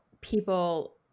people